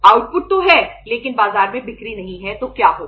output तो है लेकिन बाजार में बिक्री नहीं है तो क्या होगा